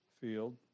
field